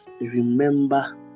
Remember